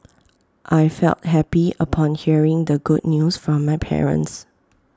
I felt happy upon hearing the good news from my parents